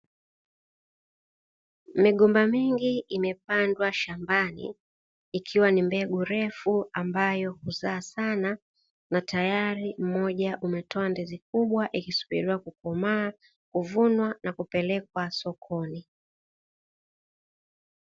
Migomba mingi imepandwa shambani ikiwa ni mbegu ndefu, ambayo huzaa sana na tayari mmoja umetoa ndizi kubwa ikisubiriwa kukomaa kuvunwa na kupelekwa sokoni.